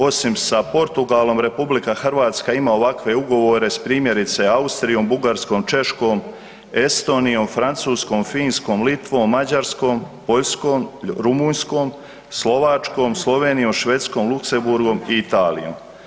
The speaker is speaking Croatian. Osim sa Portugalom, RH ima ovakve ugovore, s primjerice, Austrijom, Bugarskom, Češkom, Estonijom, Francuskom, Finskom, Litvom, Mađarskom, Poljskom, Rumunjskom, Slovačkom, Slovenijom, Švedskom, Luksemburgom i Italijom.